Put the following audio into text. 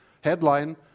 Headline